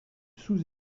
sous